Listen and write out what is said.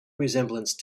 resemblance